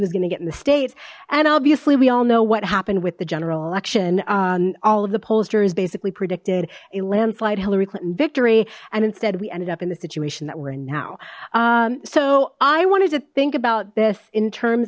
was going to get in the states and obviously we all know what happened with the general election and all of the pollsters basically predicted a landslide hillary clinton victory and instead we ended up in the situation that were in now so i wanted to think about this in terms